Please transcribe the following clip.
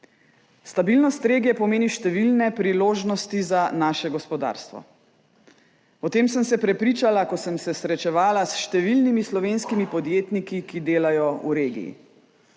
Stabilnost regije pomeni številne priložnosti za naše gospodarstvo. O tem sem se prepričala, ko sem se srečevala s številnimi slovenskimi podjetniki, ki delajo v regiji.